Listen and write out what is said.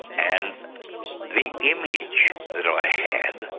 and the image that i had,